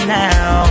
now